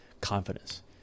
confidence